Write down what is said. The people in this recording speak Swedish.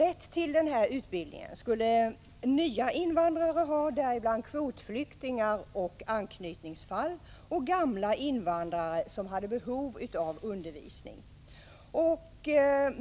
Rätt till denna utbildning skulle nya invandrare ha, däribland kvotflyktingar och anknytningsfall samt sådana tidigare invandrare som hade behov av undervisningen.